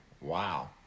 Wow